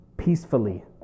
Peacefully